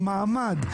עם מעמד,